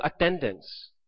attendance